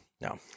No